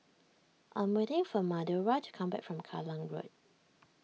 I'm waiting for Madora to come back from Kallang Road